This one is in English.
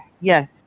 Yes